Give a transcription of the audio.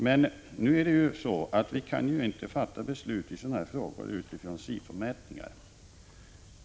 Men vi kan ju inte fatta beslut i sådana här frågor utifrån Sifo-mätningar.